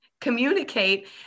Communicate